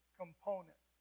component